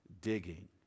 digging